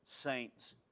saints